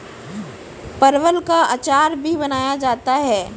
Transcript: परवल का अचार भी बनाया जाता है